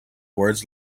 words